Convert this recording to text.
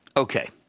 Okay